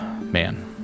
man